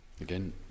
Again